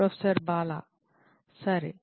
professor Bala సరే